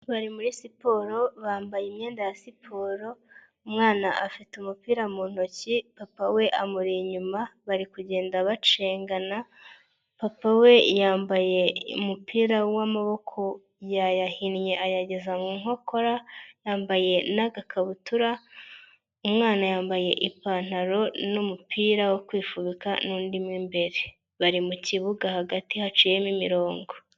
Bari muri siporo bambaye imyenda ya siporo, umwana afite umupira mu ntoki papa we amuri inyuma bari kugenda bacengana, papa we yambaye umupira w'amaboko yayahinnye ayageza mu nkokora yambaye n'agakabutura, umwana yambaye ipantaro n'umupira wo kwifubika nundi mo imbere, bari mu kibuga hagati haciyemo imirongo.